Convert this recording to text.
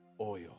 oil